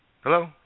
Hello